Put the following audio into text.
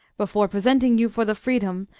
before presenting you for the freedom,